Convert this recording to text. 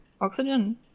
oxygen